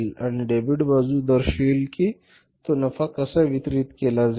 आणि डेबिट बाजू दर्शवेल की तो नफा कसा वितरित केला जाईल